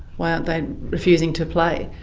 why aren't they refusing to play?